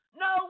no